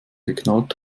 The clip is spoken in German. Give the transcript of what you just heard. geknallt